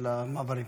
של המעברים.